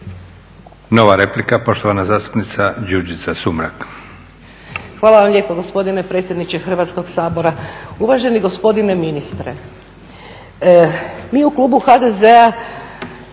Nova replika, poštovana zastupnica Đurđica Sumrak. **Sumrak, Đurđica (HDZ)** Hvala vam lijepo gospodine predsjedniče Hrvatskog sabora. Uvaženi gospodine ministre mi u klubu HDZ-a